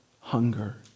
hunger